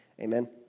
Amen